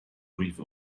grieve